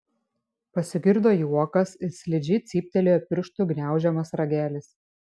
pasigirdo juokas ir slidžiai cyptelėjo pirštų gniaužiamas ragelis